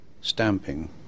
stamping